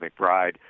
McBride